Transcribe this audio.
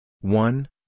one